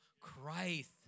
Christ